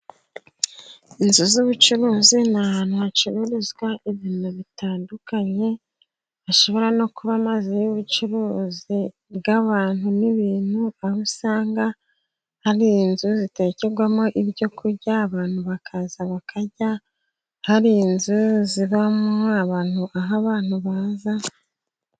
Inzu z'ubucuruzi ni ahantu hacururirizwa ibintu bitandukanye, hashobora no kuba amazi y'ubucuruzi bw'abantu n'ibintu. Aho usanga ari inzu zitekerwamo ibyo kurya abantu bakaza bakarya hari inzu zibamo abantu aho abantu baza.